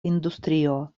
industrio